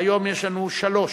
והיום יש לנו שלוש.